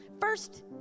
First